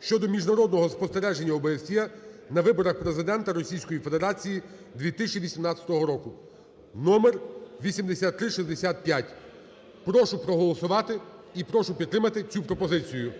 щодо міжнародного спостереження ОБСЄ на виборах Президента Російської Федерації 2018 року (№8365). Прошу проголосувати і прошу підтримати цю пропозицію.